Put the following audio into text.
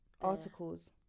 articles